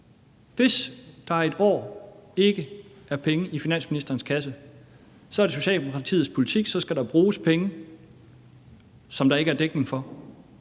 Hvis der et år ikke er penge i finansministerens kasse, er det så Socialdemokratiets politik, at der så skal bruges penge, som der ikke er dækning for?